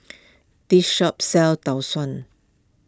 this shop sells Tau Suan